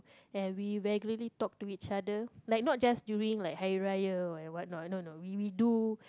and we regularly talk to each other like not just during like Hari-Raya or whate~ whatnot no no we we do